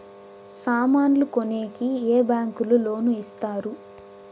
సామాన్లు కొనేకి ఏ బ్యాంకులు లోను ఇస్తారు?